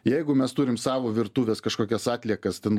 jeigu mes turim savo virtuvės kažkokias atliekas ten